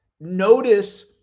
notice